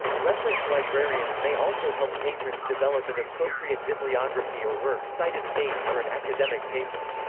reference librarians may also help patrons develop an appropriate bibliography or works cited page for an academic paper.